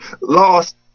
Lost